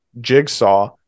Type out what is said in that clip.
Jigsaw